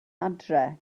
adre